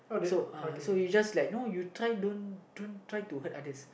so uh so you just like you know you try don't don't try to hurt others